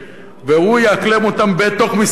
והוא יאקלם אותם בתוך משרד החינוך?